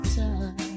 time